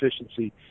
efficiency